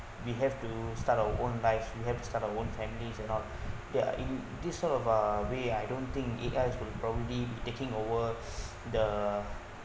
we have to start our own life we have to start our own families and all yeah in this sort of uh way we I don't think A_I could probably taking over the